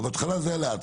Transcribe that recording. אבל בהתחלה זה היה לאט.